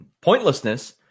pointlessness